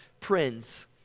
Prince